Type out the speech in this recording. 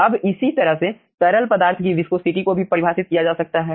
अब इसी तरह से तरल पदार्थ की विस्कोसिटी को भी परिभाषित किया जा सकता है